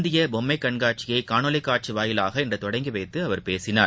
இந்திய பொம்மை கண்காட்சியை காணொலி காட்சி வாயிலாக இன்று தொடங்கி வைத்து அவர் பேசினார்